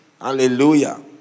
Hallelujah